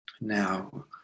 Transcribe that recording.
Now